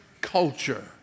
culture